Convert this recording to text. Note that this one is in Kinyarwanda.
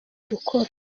gukora